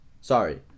Sorry